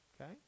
Okay